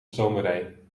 stomerij